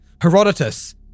herodotus